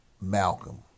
Malcolm